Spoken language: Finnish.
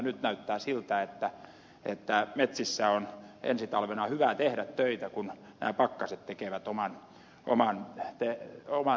nyt näyttää siltä että metsissä on ensi talvena hyvä tehdä töitä kun nämä pakkaset tekevät oman tehtävänsä